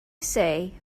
say